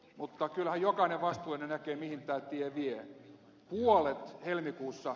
mutta kyllähän jokainen vastuullinen näkee mihin tämä tie vie